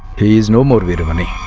he is no more